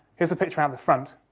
here's a picture round the front.